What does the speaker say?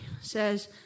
says